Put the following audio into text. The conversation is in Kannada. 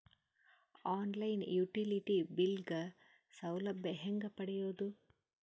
ಆನ್ ಲೈನ್ ಯುಟಿಲಿಟಿ ಬಿಲ್ ಗ ಸೌಲಭ್ಯ ಹೇಂಗ ಪಡೆಯೋದು?